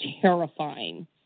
terrifying